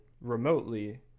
remotely